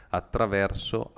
attraverso